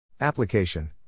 Application